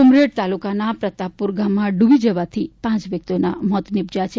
ઉમરેઠ તાલુકાના પ્રતાપપુરા ગામમાં ડૂબી જવાથી પાંચ વ્યક્તિઓના મોત નીપજયાં છે